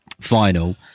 final